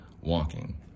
walking